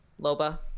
Loba